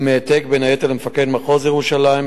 עם העתק בין היתר למפקד מחוז ירושלים,